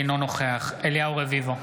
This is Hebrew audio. אינו נוכח אליהו רביבו,